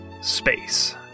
Space